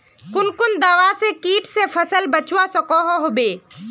कुन कुन दवा से किट से फसल बचवा सकोहो होबे?